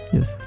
Yes